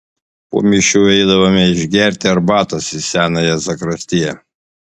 po mišių eidavome išgerti arbatos į senąją zakristiją